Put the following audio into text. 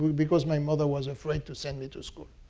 because my mother was afraid to send me to school.